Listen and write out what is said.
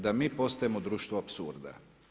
Da mi postajemo društvo apsurda.